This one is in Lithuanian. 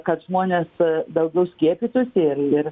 kad žmonės daugiau skiepytųsi ir ir